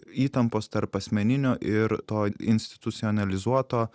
įtampos tarp asmeninio ir to institucionalizuoto